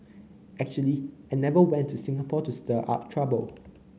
actually I never went to Singapore to stir up trouble